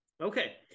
Okay